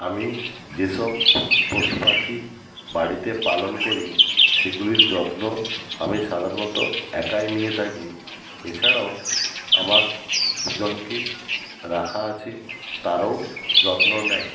আমি যেসব পশু পাখি বাড়িতে পালন করি সেগুলির যত্ন আমি সাধারণত একাই নিয়ে থাকি এছাড়াও আমার দুজনকে রাখা আছে তারাও যত্ন নেয়